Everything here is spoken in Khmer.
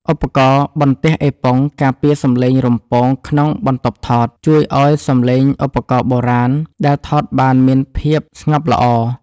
ឧបករណ៍បន្ទះអេប៉ុងការពារសំឡេងរំពងក្នុងបន្ទប់ថត ជួយឱ្យសំឡេងឧបករណ៍បុរាណដែលថតបានមានភាពស្ងប់ល្អ។